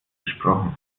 gesprochen